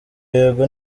yego